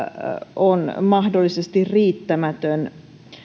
on mahdollisesti riittämätön